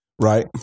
Right